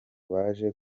baje